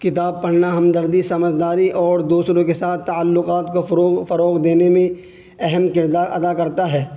کتاب پڑھنا ہمدردی سمجھداری اور دوسروں کے ساتھ تعلقات کو فروغ دینے میں اہم کردار ادا کرتا ہے